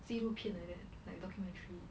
纪录片 like that like documentary